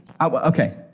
Okay